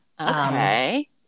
Okay